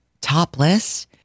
topless